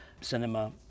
Cinema